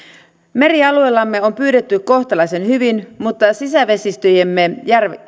merialueillamme on pyydetty kohtalaisen hyvin mutta sisävesistömme